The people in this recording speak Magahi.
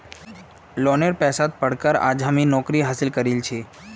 लोनेर पैसात पढ़ कर आज मुई नौकरी हासिल करील छि